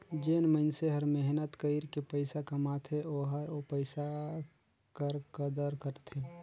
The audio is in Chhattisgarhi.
जेन मइनसे हर मेहनत कइर के पइसा कमाथे ओहर ओ पइसा कर कदर करथे